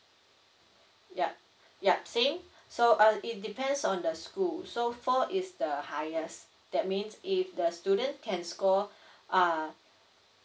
yup yup same so uh it depends on the school so four is the highest that means if the student can score uh